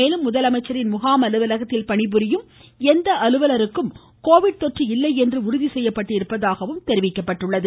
மேலும் முதலமைச்சரின் அலுவலகத்தில் பணிபுரியும் ழகாம் எந்த அலுவலருக்கும் கோவிட் கொற்று இல்லை என உறுதி செய்யப்பட்டுள்ளதாகவும் தெரிவிக்கப்பட்டுள்ளது